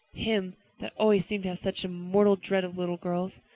him that always seemed to have such a mortal dread of little girls.